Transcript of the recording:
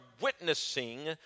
witnessing